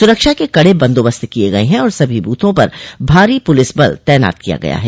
सुरक्षा के कड़े बंदोबस्त किये गये हैं और सभी बूथों पर भारी पुलिस बल तैनात किया गया है